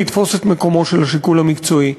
יתפוס את מקומו של השיקול המקצועי.